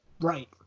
Right